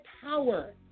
power